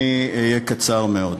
אני אהיה קצר מאוד.